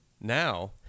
Now